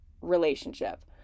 relationship